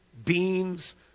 Beans